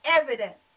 evidence